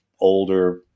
older